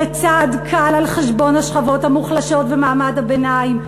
זה צעד קל על-חשבון השכבות המוחלשות ומעמד הביניים.